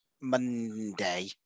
Monday